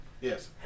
Yes